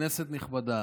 כנסת נכבדה,